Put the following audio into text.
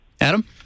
Adam